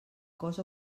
cos